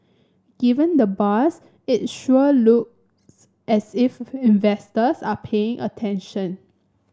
given the buzz it sure looks as if investors are paying attention